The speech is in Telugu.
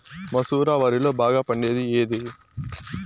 మసూర వరిలో బాగా పండేకి ఏది?